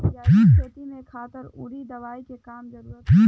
जैविक खेती में खादर अउरी दवाई के कम जरूरत पड़ेला